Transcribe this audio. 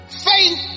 Faith